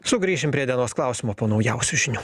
sugrįšim prie dienos klausimo po naujausių žinių